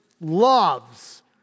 loves